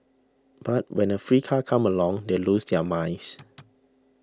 but when a free car comes along they lose their minds